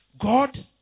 God